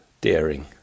daring